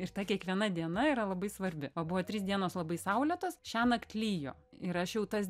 ir ta kiekviena diena yra labai svarbi va buvo trys dienos labai saulėtos šiąnakt lijo ir aš jau tas